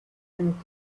think